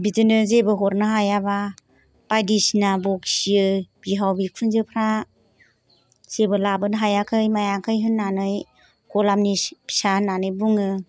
बिदिनो जेबो हरनो हायाबा बायदिसिना बखियो बिहाव बिखुनजोफ्रा जेबो लाबोनो हायाखै मायाखै होन्नानै गलामनि फिसा होन्नानै बुङो